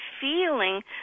feeling